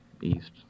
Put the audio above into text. east